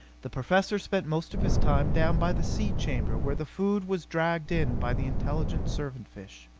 the professor spent most of his time down by the sea chamber where the food was dragged in by the intelligent servant-fish.